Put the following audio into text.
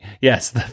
Yes